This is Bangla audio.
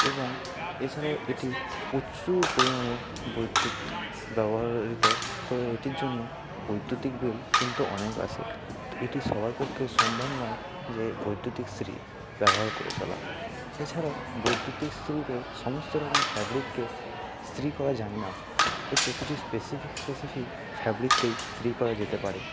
এবং এছাড়াও এটি প্রচুর পরিমাণে বৈদ্যুত ব্যবহৃত তো এটির জন্য বৈদ্যুতিক বিল কিন্তু অনেক আসে তো এটি সবার পক্ষে সম্ভব নয় যে বৈদ্যুতিক ইস্ত্রি ব্যবহার করে চলা এছাড়াও বৈদ্যুতিক ইস্ত্রিতে সমস্ত রকম ফ্যাব্রিককে ইস্ত্রি করা যায় না এতে কিছু স্পেসিফিক স্পেসিফিক ফ্যাব্রিককেই ইস্ত্রি করা যেতে পারে